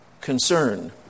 concern